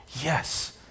Yes